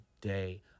day